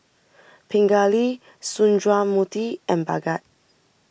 Pingali Sundramoorthy and Bhagat